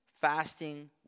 fasting